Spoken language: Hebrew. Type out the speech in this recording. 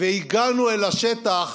והגענו לשטח,